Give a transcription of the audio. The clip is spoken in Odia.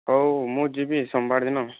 ହଉ ମୁଁ ଯିବି ସୋମବାର ଦିନ